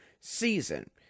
season